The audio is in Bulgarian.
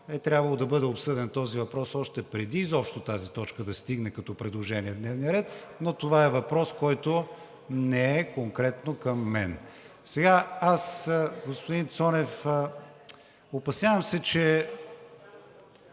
трябвало да бъде обсъден, преди изобщо тази точка да стигне като предложение в дневния ред. Но това е въпрос, който не е конкретно към мен. Аз, господин Цонев, опасявам се, че…